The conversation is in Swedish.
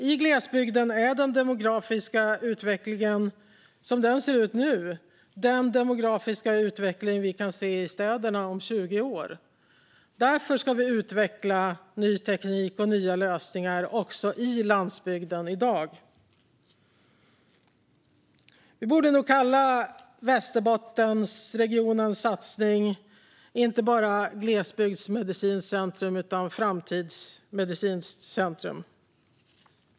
I glesbygden är den demografiska utvecklingen som den ser ut nu den demografiska utveckling vi kan se i städerna om 20 år. Därför ska vi utveckla ny teknik och nya lösningar också på landsbygden i dag. Vi borde nog kalla Region Västerbottens satsning inte bara Glesbygdsmedicinskt centrum utan även för framtidsmedicinskt centrum.